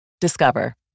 Discover